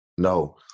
No